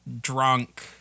drunk